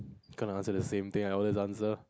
kind of answer the same thing I always answer